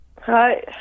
Hi